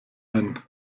ein